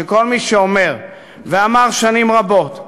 שכל מי שאומר ואמר שנים רבות,